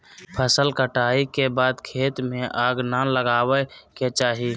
फसल कटाई के बाद खेत में आग नै लगावय के चाही